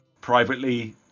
privately